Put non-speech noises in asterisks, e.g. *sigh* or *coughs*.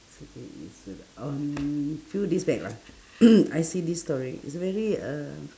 today is what on few days back lah *coughs* I see this story it's very um